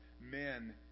men